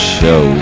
show